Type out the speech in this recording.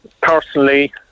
personally